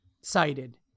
cited